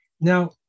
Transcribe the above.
Now